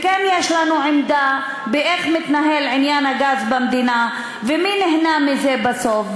וכן יש לנו עמדה איך מתנהל עניין הגז במדינה ומי נהנה מזה בסוף.